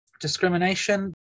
Discrimination